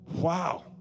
wow